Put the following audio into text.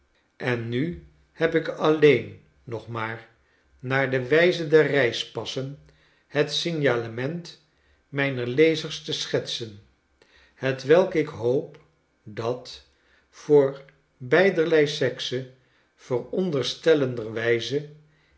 en nu heb ik alleen nog maar naar de wijze der reispassen het signalement mijner lezers te schetsen lietwelk ik hoop dat voor beiderlei sekse